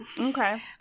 Okay